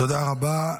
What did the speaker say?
תודה רבה.